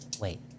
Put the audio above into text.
Wait